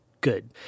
good